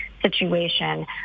Situation